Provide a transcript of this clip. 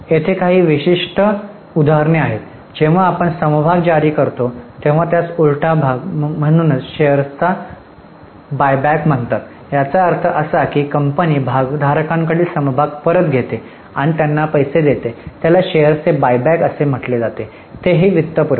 तर येथे काही विशिष्ट उदाहरणे आहेत जेव्हा आपण समभाग जारी करता तेव्हा त्यास उलटा भाग म्हणून शेअर्सचा बाय बॅक म्हणतात याचा अर्थ असा की कंपनी भागधारकांकडील समभाग परत घेतो आणि त्यांना पैसे देते ज्याला शेअर्सचे बाय बॅक म्हटले जाते तेही वित्तपुरवठा